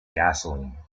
gasoline